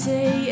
Say